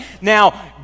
now